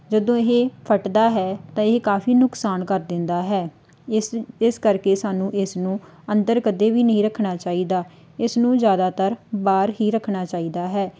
ਜਦੋਂ ਇਹ ਫੱਟਦਾ ਹੈ ਤਾਂ ਇਹ ਕਾਫ਼ੀ ਨੁਕਸਾਨ ਕਰ ਦਿੰਦਾ ਹੈ ਇਸ ਇਸ ਕਰਕੇ ਸਾਨੂੰ ਇਸ ਨੂੰ ਅੰਦਰ ਕਦੇ ਵੀ ਨਹੀਂ ਰੱਖਣਾ ਚਾਹੀਦਾ ਇਸ ਨੂੰ ਜ਼ਿਆਦਾਤਰ ਬਾਹਰ ਹੀ ਰੱਖਣਾ ਚਾਹੀਦਾ ਹੈ